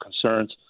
concerns